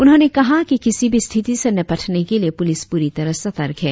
उन्होंने कहा कि किसी भी स्थिति से निपटने के लिए प्रलिस प्ररी तरह सतर्क है